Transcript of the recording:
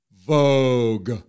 Vogue